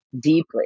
deeply